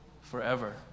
forever